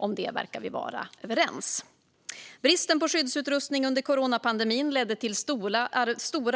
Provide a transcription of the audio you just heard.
Om det verkar vi vara överens. Bristen på skyddsutrustning under coronapandemin ledde till stora